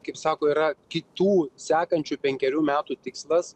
kaip sako yra kitų sekančių penkerių metų tikslas